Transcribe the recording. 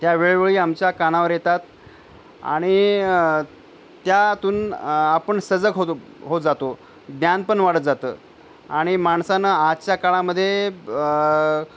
त्या वेळवेळी आमच्या कानावर येतात आणि त्यातून आपण सजग होत हो जातो ज्ञानपण वाढत जातं आणि माणसानं आजच्या काळामध्ये